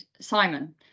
Simon